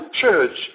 church